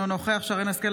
אינו נוכח שרן מרים השכל,